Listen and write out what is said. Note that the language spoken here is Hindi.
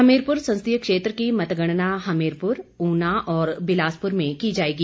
हमीरपुर संसदीय क्षेत्र की मतगणना हमीरपुर ऊना और बिलासपुर में की जाएगी